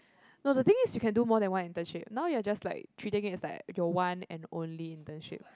no the thing is you can do more than one internship now you're like treating it like your one and only internship